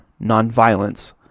nonviolence